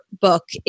book